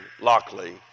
Lockley